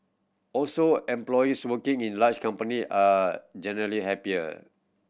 also employees working in larger company are generally happier